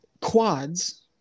Quads